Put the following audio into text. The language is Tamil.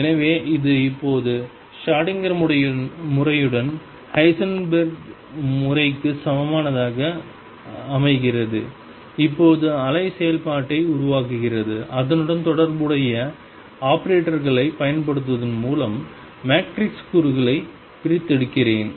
எனவே இது இப்போது ஷ்ரோடிங்கர் முறையுடன் ஹைசன்பெர்க் முறைக்கு சமமானதாக அமைகிறது இப்போது அலை செயல்பாட்டை உருவாக்குகிறது அதனுடன் தொடர்புடைய ஆபரேட்டர்களைப் பயன்படுத்துவதன் மூலம் மேட்ரிக்ஸ் கூறுகளை பிரித்தெடுக்கிறேன்